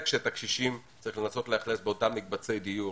הקשישים צריך לנסות לאכלס אותם באותם מקבצי דיור